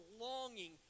longing